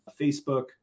Facebook